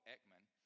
Ekman